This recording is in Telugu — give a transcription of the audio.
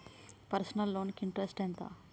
పర్సనల్ లోన్ కి ఇంట్రెస్ట్ ఎంత?